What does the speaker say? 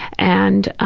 and